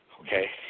Okay